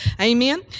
Amen